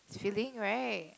it's filling right